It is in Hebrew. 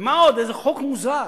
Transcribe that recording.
ומה עוד, איזה חוק מוזר.